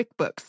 QuickBooks